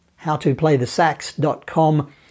howtoplaythesax.com